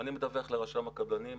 אני מדווח לרשם הקבלנים,